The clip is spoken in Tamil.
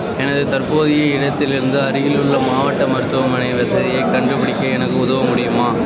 எனது தற்போதைய இடத்திலிருந்து அருகிலுள்ள மாவட்ட மருத்துவமனை வசதியைக் கண்டுபிடிக்க எனக்கு உதவ முடியுமா